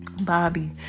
Bobby